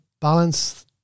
balance